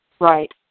Right